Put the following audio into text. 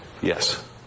yes